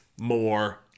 more